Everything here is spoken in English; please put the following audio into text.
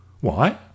Why